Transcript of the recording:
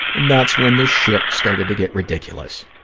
and that's when the shit started to get ridiculous.